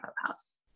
Clubhouse